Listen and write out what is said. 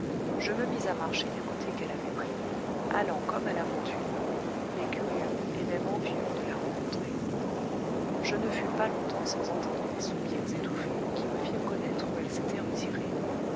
je me mis à marcher du côté qu'elle avait pris allant comme à l'aventure mais curieux et même envieux de la rencontrer je ne fus pas longtemps sans entendre des soupirs étouffés qui me firent connaître où elle s'était retirée